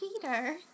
Peter